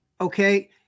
okay